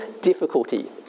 difficulty